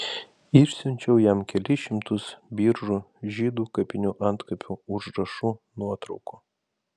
išsiunčiau jam kelis šimtus biržų žydų kapinių antkapių užrašų nuotraukų